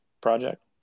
project